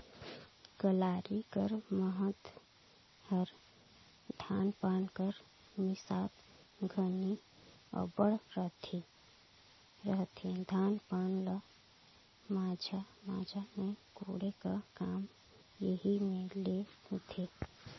कलारी कर महत हर धान पान कर मिसात घनी अब्बड़ रहथे, धान पान ल माझा माझा मे कोड़े का काम एही मे ले होथे